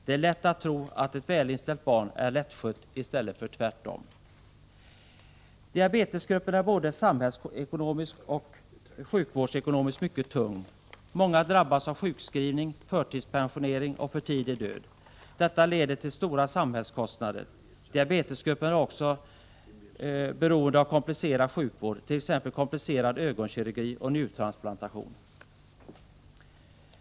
Det är lätt att tro att ett välinställt barn är lättskött i stället för tvärtom. Diabetesgruppen är både samhällsekonomiskt och sjukvårdsekonomiskt mycket ”tung”. Många drabbas av sjukskrivning, förtidspensionering och för tidig död. Detta leder till stora samhällskostnader. Diabetesgruppen är också beroende av komplicerad sjukvård, t.ex. komplicerad ögonkirurgi och njurtransplantationer.